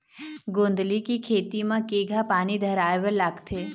गोंदली के खेती म केघा पानी धराए बर लागथे?